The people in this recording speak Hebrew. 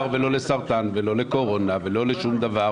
ולא לסרטן ולא לקורונה ולא לשום דבר,